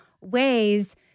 ways